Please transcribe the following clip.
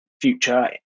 future